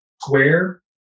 Square